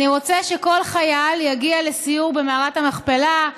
אני רוצה שכל חייל יגיע לסיור במערת המכפלה,